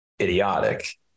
idiotic